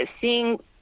seeing